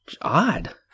Odd